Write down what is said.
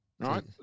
Right